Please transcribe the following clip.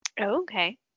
okay